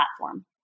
platform